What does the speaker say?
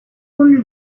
only